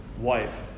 wife